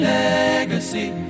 legacy